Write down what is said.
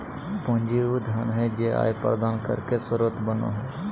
पूंजी उ धन हइ जे आय प्रदान करे के स्रोत बनो हइ